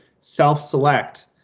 self-select